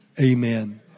Amen